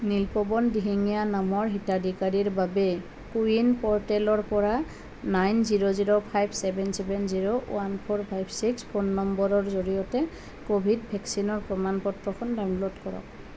নীলপৱন দিহিঙীয়া নামৰ হিতাধিকাৰীৰ বাবে কোৱিন প'ৰ্টেলৰ পৰা nine zero zero five seven seven zero one four five six phone নম্বৰৰ জৰিয়তে ক'ভিড ভেকচিনৰ প্ৰমাণ পত্ৰখন ডাউনলোড কৰক